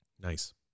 nice